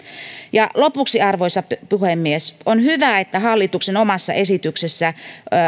lopuksi arvoisa puhemies on hyvä että hallituksen omassa esityksessä